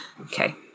Okay